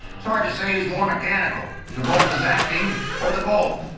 it's hard to say who is more mechanical travolta's acting or the bull.